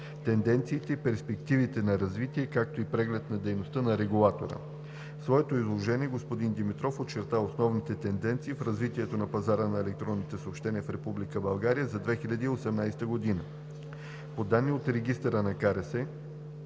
тенденциите и перспективите на развитие, както и преглед на дейността на регулатора. В своето изложение господин Димитров очерта основните тенденции в развитието на пазара на електронни съобщения в Република България за 2018 г. По данни от регистъра на КРС